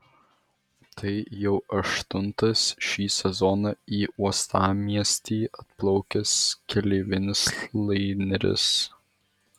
tai jau aštuntas šį sezoną į uostamiestį atplaukęs keleivinis laineris